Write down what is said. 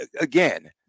again